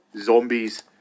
zombies